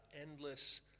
endless